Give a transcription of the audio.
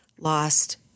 lost